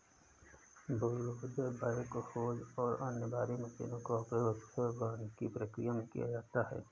bulldozer backhoes और अन्य भारी मशीनों का उपयोग अक्सर वानिकी प्रक्रिया में किया जाता है